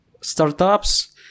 startups